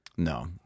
No